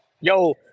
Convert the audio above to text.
Yo